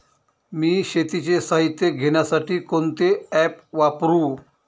मी शेतीचे साहित्य घेण्यासाठी कोणते ॲप वापरु?